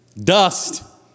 Dust